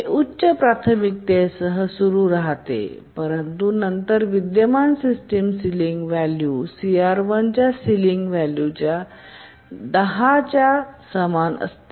हे उच्च प्राथमिकतेसह सुरू राहते परंतु नंतर विद्यमान सिस्टम सिलिंग व्हॅल्यू CR1 च्या सिलिंग व्हॅल्यू च्या 10 च्या समान असते